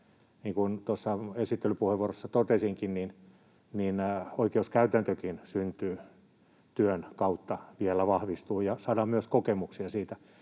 tuossa esittelypuheenvuorossa totesinkin, oikeuskäytäntökin syntyy työn kautta ja vielä vahvistuu ja saadaan myös kokemuksia siitä,